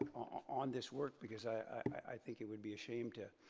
um on this work because i i think it would be a shame to,